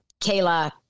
Kayla